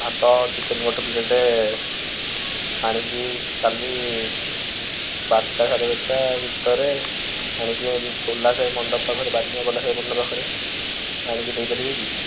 ଭାତ ଚିକେନ୍ ଗୋଟେ ପ୍ଲେଟ୍ ଆଣିକି କାଲି ବାରଟା ସାଢ଼େ ବାରଟା ଭିତରେ ଆଣିକି କୋଲାସାହି ମଣ୍ଡପ ପାଖରେ ବାରିଗାଁ କୋଲାସାଇ ମଣ୍ଡପ ପାଖରେ ଆଣିକି ଦେଇପାରିବେ କି